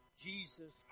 Jesus